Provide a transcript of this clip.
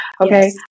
Okay